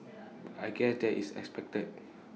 I guess that is expected